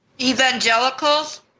Evangelicals